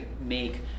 make